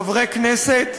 חברי כנסת,